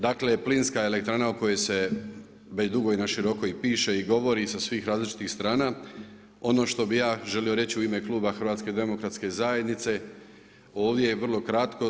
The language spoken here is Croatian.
Dakle, plinska elektrana o kojoj se već dugo i naši rokovi piše i govori sa svih različitih strana, ono što bi ja želio reći u ime kluba HDZ-a ovdje vrlo kratko.